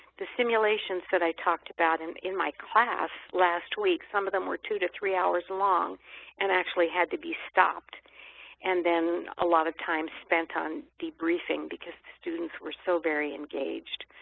the simulations that i talked about and in my class last week, some of them were two to three hours long and had to be stopped and then a lot of time spent on debriefing because the students were so very engaged.